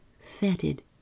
fetid